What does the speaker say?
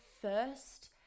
first